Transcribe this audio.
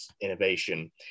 Innovation